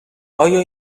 آیا